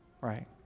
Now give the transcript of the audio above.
right